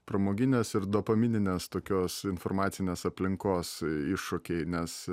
pramoginės ir dopamininės tokios informacinės aplinkos iššūkiai nes